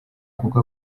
kuko